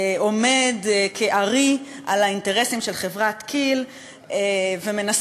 עומד כארי על האינטרסים של חברת כי"ל ומנסה